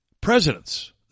Presidents